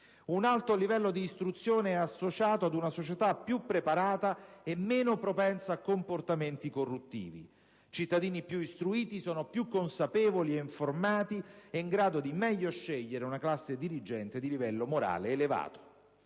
Un alto livello di istruzione è associato ad una società più preparata e meno propensa a comportamenti corruttivi; cittadini più istruiti sono più consapevoli e informati e in grado di meglio scegliere una classe dirigente di livello morale elevato.